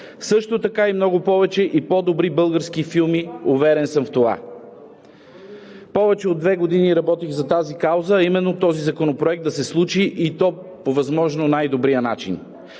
също така – много повече и по-добри български филми, уверен съм в това. Повече от две години работих за тази кауза, а именно този законопроект да се случи, и то по възможно най-добрия начин.